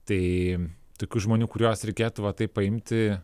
tai tokių žmonių kuriuos reikėtų va taip paimti